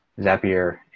Zapier